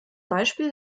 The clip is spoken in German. beispiel